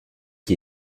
qui